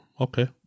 okay